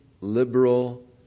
liberal